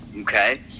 Okay